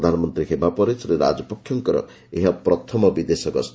ପ୍ରଧାନମନ୍ତ୍ରୀ ହେବା ପରେ ଶ୍ରୀ ରାଜପକ୍ଷଙ୍କର ଏହା ପ୍ରଥମ ବିଦେଶ ଗସ୍ତ